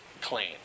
clean